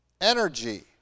Energy